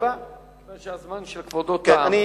הזמן של כבודו תם.